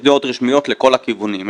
יש דעות רשמיות לכל הכיוונים,